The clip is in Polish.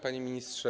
Panie Ministrze!